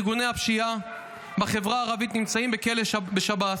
שישה מתוך ראשי ארגוני הפשיעה בחברה הערבית נמצאים בכלא שב"ס,